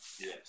Yes